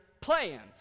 plans